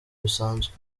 bisanzwe